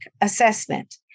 assessment